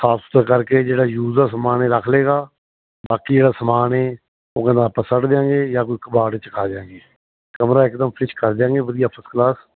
ਖਾਸ ਕਰਕੇ ਜਿਹੜਾ ਯੂਜ ਦਾ ਸਮਾਨ ਇਹ ਰੱਖ ਲੇਗਾ ਬਾਕੀ ਜਿਹੜਾ ਸਮਾਨ ਹ ਉਹ ਕਹਿੰਦਾ ਆਪਾਂ ਸਿਟ ਦਿਆਂਗੇ ਜਾਂ ਕੋਈ ਕਬਾੜ ਚ ਖਾ ਜਾਗੇ ਕਮਰਾ ਇਕਦਮ ਫਿਸ਼ ਕਰ ਦਿਆਂਗੇ ਵਧੀਆ ਫਸਕਲਾਸ